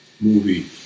movie